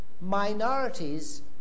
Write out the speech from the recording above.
minorities